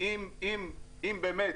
אם באמת